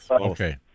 Okay